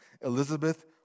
Elizabeth